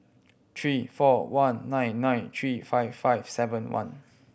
three four one nine nine three five five seven one